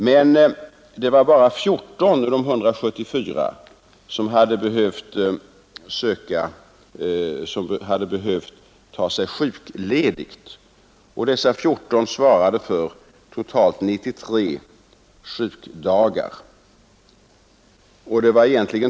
Men det var bara 14 av de 174 som hade behövt ta sig sjukledigt, och dessa 14 svarade för totalt 93 sjukdagar.